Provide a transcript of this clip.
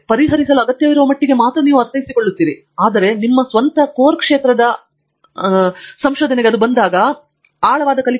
ಪರಿಹರಿಸಲು ಅಗತ್ಯವಿರುವ ಮಟ್ಟಿಗೆ ಮಾತ್ರ ನೀವು ಅರ್ಥೈಸಿಕೊಳ್ಳುತ್ತೀರಿ ಆದರೆ ನಿಮ್ಮ ಸ್ವಂತ ಕೋರ್ ಕ್ಷೇತ್ರದ ಸಂಶೋಧನೆಗೆ ಅದು ಬಂದಾಗ ಆಳವಾದ ಕಲಿಕೆಯಲ್ಲಿ ಸಾಧಿಸಲು ಇದು ಬಹಳ ಮುಖ್ಯ ಎಂದು ನಾನು ಭಾವಿಸುತ್ತೇನೆ